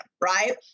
right